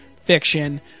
fiction